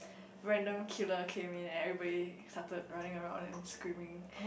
random killer came in and everybody started running around and screaming